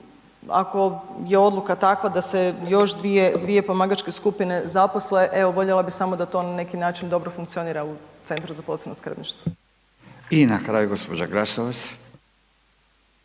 ako je odluka takva da se još dvije pomagačke skupine zaposle, evo voljela bih samo da to na neki način dobro funkcionira u Centru za posebno skrbništvo. **Radin, Furio